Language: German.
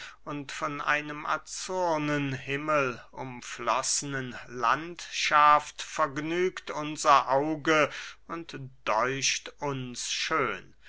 von einem azurnen himmel umflossenen landschaft vergnügt unser auge und däucht uns schön